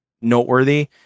noteworthy